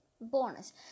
Bonus